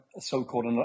so-called